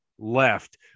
left